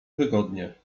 wygodnie